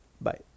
Bye